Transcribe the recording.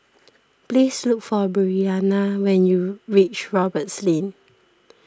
please look for Breana when you reach Roberts Lane